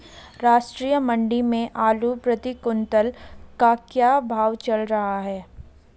राष्ट्रीय मंडी में आलू प्रति कुन्तल का क्या भाव चल रहा है?